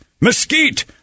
mesquite